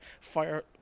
fire